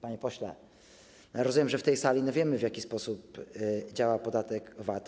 Panie pośle, rozumiem, że w tej sali wiemy, w jaki sposób działa podatek VAT.